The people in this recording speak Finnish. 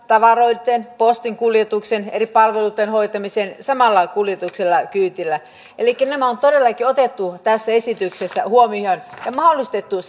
tavaroitten ja postin kuljetuksen eri palveluitten hoitamisen samalla kuljetuksella ja kyydillä elikkä nämä on todella otettu tässä esityksessä huomioon ja mahdollistettu